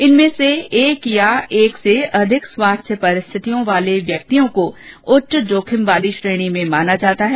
इनमें से एक या एक से अधिक स्वास्थ्य परिस्थितियों वाले व्यक्तियों को उच्च जोखिम वाली श्रेणी में माना जाता है